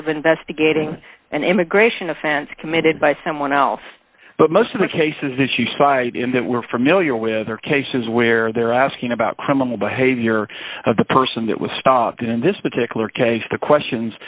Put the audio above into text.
of investigating an immigration offense committed by someone else but most of the cases that you cite in that we're familiar with are cases where they're asking about criminal behavior of the person that was stopped in this particular case the questions